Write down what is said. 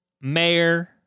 mayor